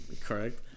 Correct